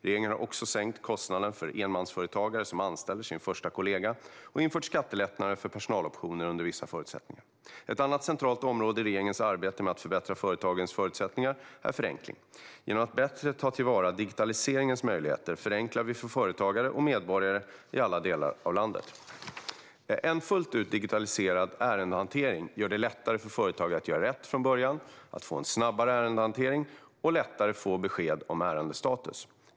Regeringen har också sänkt kostnaden för enmansföretagare som anställer sin första kollega och infört skattelättnader för personaloptioner under vissa förutsättningar. Ett annat centralt område i regeringens arbete med att förbättra företagens förutsättningar är förenkling. Genom att bättre ta till vara digitaliseringens möjligheter förenklar vi för företagare och medborgare i alla delar av landet. En fullt ut digitaliserad ärendehantering gör det lättare för företag att göra rätt från början, att få en snabbare ärendehantering och att lättare få besked om ärendestatus.